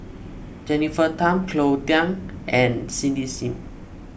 Jennifer Tham Cleo Thang and Cindy Sim